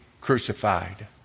crucified